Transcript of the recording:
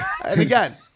again